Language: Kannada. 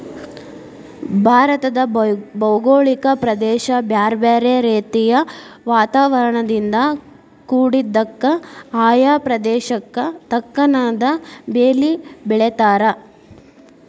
ಭಾರತದ ಭೌಗೋಳಿಕ ಪ್ರದೇಶ ಬ್ಯಾರ್ಬ್ಯಾರೇ ರೇತಿಯ ವಾತಾವರಣದಿಂದ ಕುಡಿದ್ದಕ, ಆಯಾ ಪ್ರದೇಶಕ್ಕ ತಕ್ಕನಾದ ಬೇಲಿ ಬೆಳೇತಾರ